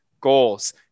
goals